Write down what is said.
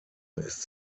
ist